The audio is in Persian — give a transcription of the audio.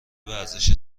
ورزش